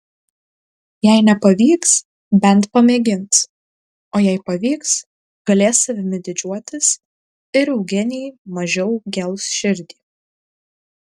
jei nepavyks bent pamėgins o jei pavyks galės savimi didžiuotis ir eugenijai mažiau gels širdį